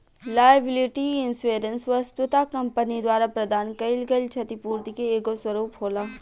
liability insurance वस्तुतः company द्वारा प्रदान कईल गईल छतिपूर्ति के एगो स्वरूप होला